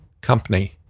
company